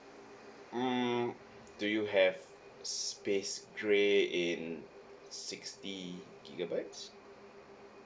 mm do you have space grey in sixty gigabytes